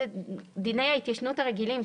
זה דיני ההתיישנות הרגילים.